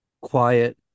quiet